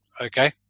Okay